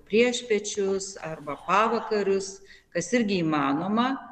priešpiečius arba pavakarius kas irgi įmanoma